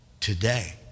today